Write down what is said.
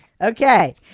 Okay